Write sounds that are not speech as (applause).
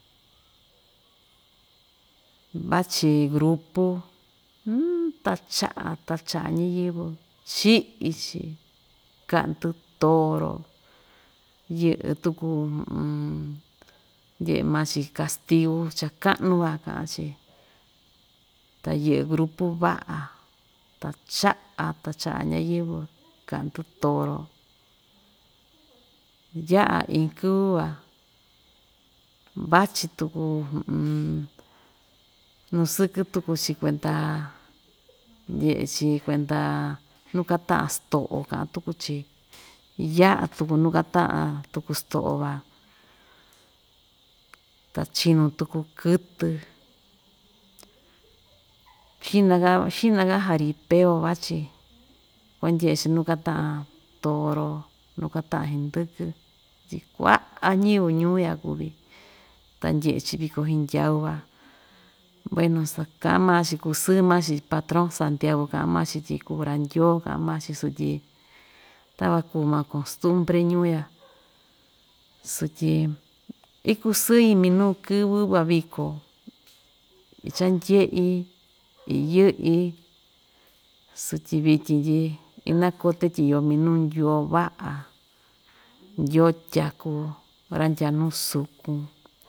Vachi grupu (hesitation) tacha'a tacha'a ñiyɨvɨ chi'i‑chi ka'ndɨ toro yɨ'ɨ tuku (hesitation) ndye'e maa‑chi kastiu cha ka'nu va ka'an‑chi ta yɨ'ɨ grupu va'a tacha'a tacha'a ñayɨvɨ ka'ndɨ toro, ya'a iin kɨvɨ van vachi tuku (hesitation) nu sɨkɨ tuku‑chi kuenta ndye'e‑chi kuenda nu kata'an sto'o ka'an tuku‑chi ya'a tuku nu kata'an tuku sto'o van ta chinu tuku kɨtɨ xi'naka xi'naka jaripeo vachi ve ndye'e‑chi nu kata'an toro nu kata'an hndɨkɨ tyi kua'a ñɨvɨ ñuu ya kuvi ta ndye'e‑chi viko hndyau van bueno so ka'an maa‑chi kusɨɨ maa‑chi patron santiago ka'an maa‑chi tyi kuu‑ra ndyoo ka'an maa‑chi sutyi takuan kuu maa kostumbre ñuu ya sutyi ikusɨí minuu kɨvɨ van viko ichandye'i iyɨ'i sutyi vityin tyi inako‑te tyi iyo minuu ndyoo va'a ndyoo tyaku ra‑ndyaa nu sukun.